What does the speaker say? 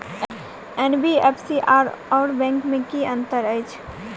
NBFC आओर bank मे की अंतर अछि?